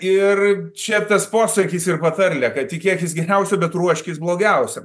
ir čia tas posakis ir patarlė kad tikėkis geriausio bet ruoškis blogiausiam